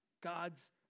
God's